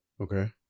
Okay